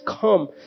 come